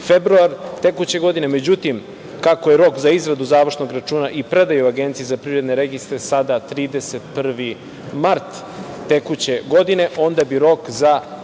februar tekuće godine. Međutim, kako je rok za izradu završnog računa i predaju Agenciji za privredne registre sada 31. mart tekuće godine, onda bi rok za